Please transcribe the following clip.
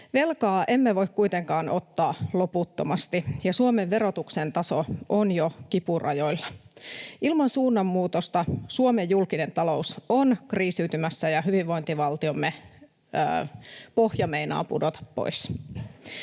Velkaa emme voi kuitenkaan ottaa loputtomasti, ja Suomen verotuksen taso on jo kipurajoilla. Ilman suunnanmuutosta Suomen julkinen talous on kriisiytymässä ja hyvinvointivaltiomme pohja meinaa pudota pois.